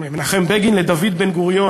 מנחם בגין לדוד בן-גוריון,